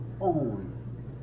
own